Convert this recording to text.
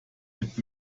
mit